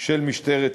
של משטרת ישראל.